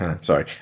sorry